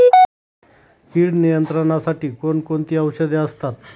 कीड नियंत्रणासाठी कोण कोणती औषधे असतात?